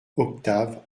octave